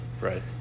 Right